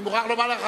אני מוכרח לומר לך,